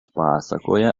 pasakoja